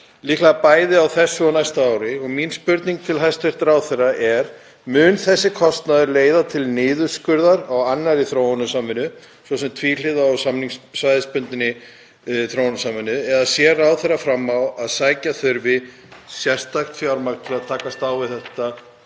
líklega bæði á þessu og næsta ári. Mín spurning til hæstv. ráðherra er: Mun þessi kostnaður leiða til niðurskurðar á annarri þróunarsamvinnu, svo sem tvíhliða og svæðisbundinni þróunarsamvinnu eða sér ráðherra fram á að sækja þurfi sérstakt fjármagn til að takast á við þetta